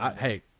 hey